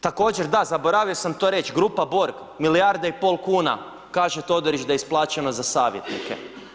Također, da, zaboravio sam to reć, grupa Borg, milijarda i pol kuna, kaže Todorić da je isplaćeno za savjetnike.